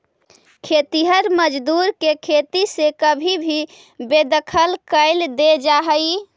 खेतिहर मजदूर के खेती से कभी भी बेदखल कैल दे जा हई